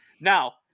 Now